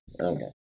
Okay